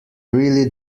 really